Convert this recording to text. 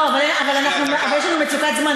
לא, אבל יש לנו מצוקת זמן.